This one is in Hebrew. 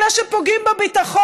אלא הם פוגעים בביטחון.